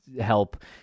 help